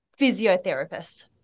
Physiotherapist